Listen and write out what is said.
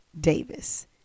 Davis